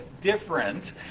different